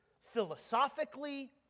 philosophically